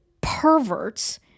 perverts